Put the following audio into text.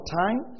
time